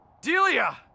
Delia